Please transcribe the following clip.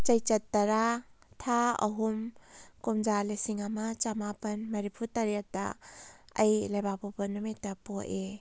ꯆꯩꯆꯠ ꯇꯔꯥ ꯊꯥ ꯑꯍꯨꯝ ꯀꯨꯝꯖꯥ ꯂꯤꯁꯤꯡ ꯑꯃ ꯆꯃꯥꯄꯜ ꯃꯔꯤꯐꯨꯇꯔꯦꯠꯇ ꯑꯩ ꯂꯩꯕꯥꯛ ꯄꯣꯛꯄ ꯅꯨꯃꯤꯠꯇ ꯄꯣꯛꯏ